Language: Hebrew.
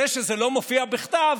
זה שזה לא מופיע בכתב,